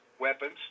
weapons